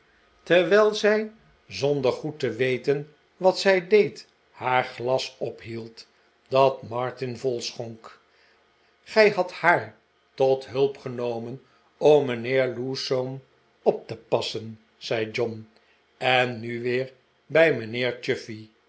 terwijl zij zonder goed te weten wat zij deed haar glas ophield dat martin vol schonk gij hadt haar tot hulp genomen om mijnheer lewsome op te passen zei john en nu weer bij mijnheer